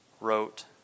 wrote